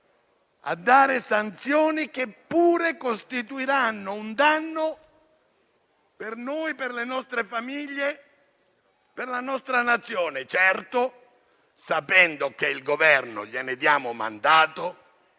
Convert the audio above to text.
adottare sanzioni, che pure costituiranno un danno per noi, le nostre famiglie e la nostra Nazione, sapendo che il Governo - gliene diamo mandato